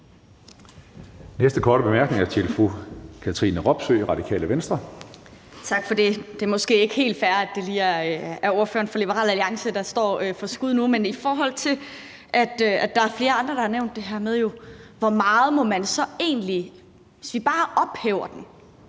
Næste korte bemærkning er til fru Katrine Robsøe, Radikale Venstre. Kl. 10:50 Katrine Robsøe (RV): Tak for det. Det er måske ikke helt fair, at det lige er ordføreren for Liberal Alliance, der står for skud nu, men i forhold til at der er flere andre, der har nævnt det her med, hvor meget man så egentlig må tjene, hvis vi bare ophæver